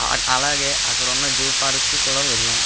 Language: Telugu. అలాగే అక్కడ ఉన్న జూ పార్క్కి కూడా వెళ్ళాం